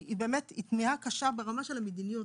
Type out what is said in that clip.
היא תמיהה קשה ברמה של המדיניות.